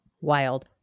Wild